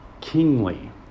kingly